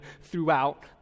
throughout